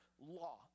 law